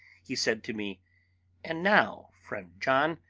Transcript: he said to me and now, friend john,